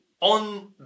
on